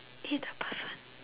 eh the person